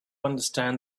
understand